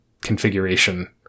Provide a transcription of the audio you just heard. configuration